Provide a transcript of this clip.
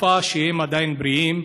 בתקופה שהם עדיין בריאים,